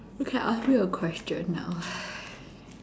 okay I ask you a question now